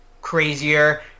crazier